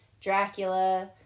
Dracula